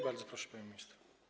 Bardzo proszę, pani minister.